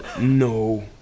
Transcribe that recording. No